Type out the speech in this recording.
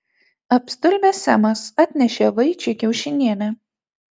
apstulbęs semas atnešė vaičiui kiaušinienę